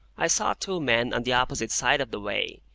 i saw two men on the opposite side of the way,